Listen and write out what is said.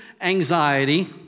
anxiety